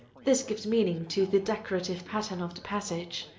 this gives meaning to the decorative pattern of the passage.